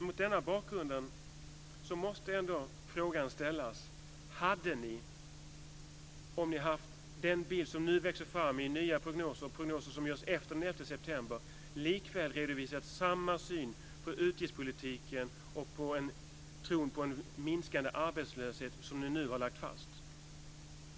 Mot denna bakgrund måste följande fråga ställas: Hade ni, om ni haft den bild som nu växer fram i prognoser efter den 11 september, likväl redovisat samma syn på utgiftspolitiken och samma tro på en minskad arbetslöshet som ni nu har lagt fast?